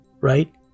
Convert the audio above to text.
right